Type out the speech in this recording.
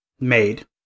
made